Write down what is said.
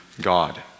God